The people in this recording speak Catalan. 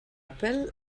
apple